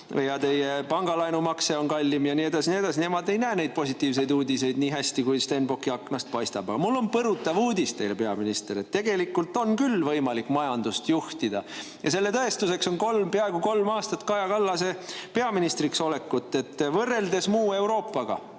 ja nende pangalaenumakse on kallim ja nii edasi ja nii edasi. Nad ei näe neid positiivseid uudiseid nii hästi, kui Stenbocki aknast paistab. Aga mul on põrutav uudis teile, peaminister: tegelikult on küll võimalik majandust juhtida. Selle tõestuseks on peaaegu kolm aastat Kaja Kallase peaministriks olekut. Võrreldes muu Euroopaga,